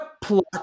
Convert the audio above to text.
plot